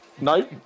No